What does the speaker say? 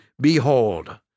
behold